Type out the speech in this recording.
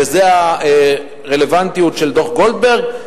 וזה הרלוונטיות של דוח-גולדברג,